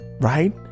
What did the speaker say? right